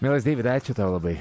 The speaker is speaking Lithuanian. mielas deividai ačiū tau labai